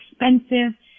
expensive